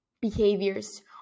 behaviors